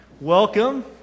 Welcome